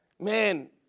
Man